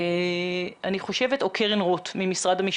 אני לא מכירה מכור אחד שירוץ לזרועות אף